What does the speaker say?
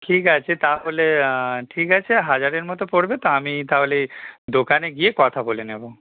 ঠিক আছে তাহলে ঠিক আছে হাজারের মতো পড়বে তো আমি তাহলে দোকানে গিয়ে কথা বলে নেবো